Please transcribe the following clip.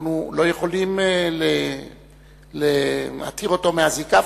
אנחנו לא יכולים להתיר אותו מאזיקיו,